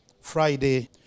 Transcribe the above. Friday